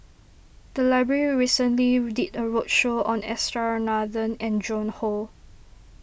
the library recently did a roadshow on S R Nathan and Joan Hon